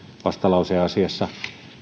vastalauseasiassa